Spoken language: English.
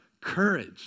courage